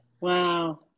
Wow